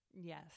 Yes